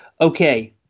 Okay